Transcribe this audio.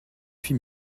huit